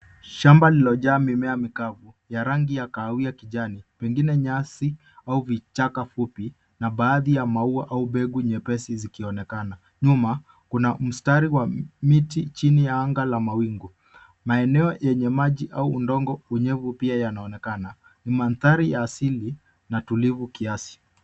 Shamba lililojaa mimea mikavu, ya rangi ya kahawia na kijani. Pengine nyasi au vichaka fupi na baadhi ya maua au mbegu nyepesi zikionekana. Nyuma kuna mstari wa miti chini ya anga la mawingu .Maeneo yenye maji au udongo unyevu pia yanaonekana. Ni mandhari ya asili na tulivu kiasi.